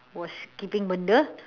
was keeping benda